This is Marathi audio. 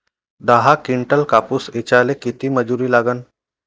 दहा किंटल कापूस ऐचायले किती मजूरी लागन?